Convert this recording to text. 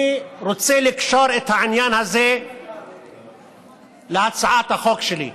אני רוצה לקשור את העניין הזה להצעת החוק שלי,